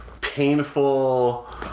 painful